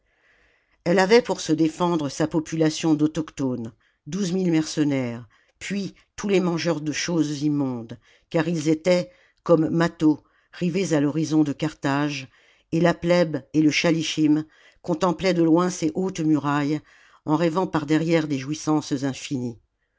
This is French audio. elle avait pour se défendre sa population d'autochtones douze mille mercenaires puis tous les mangeurs de choses immondes car ils étaient comme mâtho rivés à l'horizon de carthage et la plèbe et le schahschim contemplaient de loin ses hautes murailles en rêvant par derrière des jouissances infinies